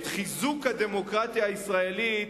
את חיזוק הדמוקרטיה הישראלית,